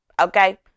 Okay